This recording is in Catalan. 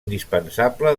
indispensable